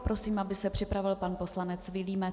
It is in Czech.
Prosím, aby se připravil pan poslanec Vilímec.